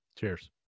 Cheers